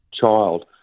child